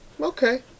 okay